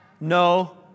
no